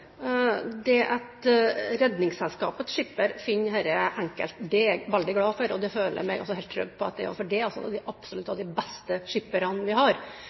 Det at Redningsselskapets skipper finner dette enkelt, er jeg veldig glad for og føler meg helt trygg på, for de er av de aller beste skipperne vi har. Om de